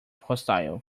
hostile